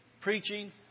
preaching